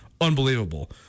Unbelievable